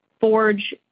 forge